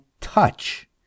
touch